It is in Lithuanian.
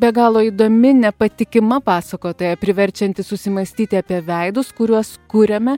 be galo įdomi nepatikima pasakotoja priverčianti susimąstyti apie veidus kuriuos kuriame